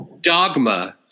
Dogma